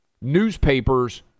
newspapers